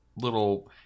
little